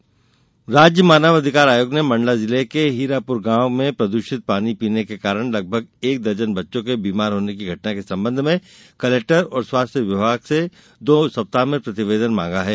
आयोग संज्ञान राज्य मानव अधिकार आयोग ने मंडला जिले के हीरापुर गांव में प्रदूषित पानी पीने के कारण लगभग एक दर्जन बच्चों के बीमार होने की घटना के ैसंबंध में कलेक्टर और स्वास्थ्य विभाग से में प्रतिवेदन मांगा है